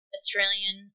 Australian